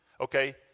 Okay